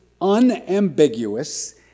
unambiguous